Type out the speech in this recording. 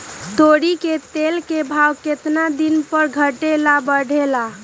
तोरी के तेल के भाव केतना दिन पर घटे ला बढ़े ला?